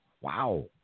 Wow